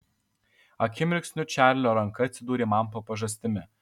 akimirksniu čarlio rankos atsidūrė man po pažastimis